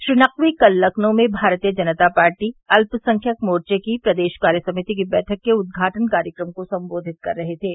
श्री नकवी कल लखनऊ में भारतीय जनता पार्टी अल्पसंख्यक मोर्चे की प्रदेश कार्य समिति की बैठक के उद्घाटन कार्यक्रम को संबोधित कर रहे थे